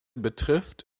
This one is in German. betrifft